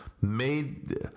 made